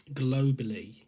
globally